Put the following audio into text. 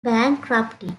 bankruptcy